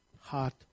heart